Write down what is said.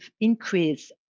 increase